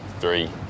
Three